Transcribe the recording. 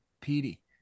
Petey